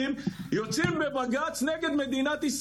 תצלח דרכם ויצליחו במשימתם.